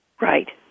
Right